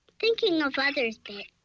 thinking-of-others bit